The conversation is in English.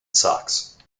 socks